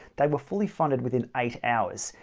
they were fully funded within eight hours!